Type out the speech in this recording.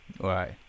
Right